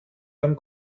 ihrem